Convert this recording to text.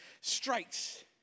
strikes